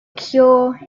cure